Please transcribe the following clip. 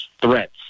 threats